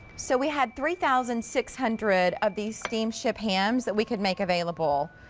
so we had three thousand six hundred of these steam ship hams that we could make available.